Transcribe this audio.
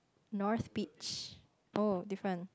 north beach oh different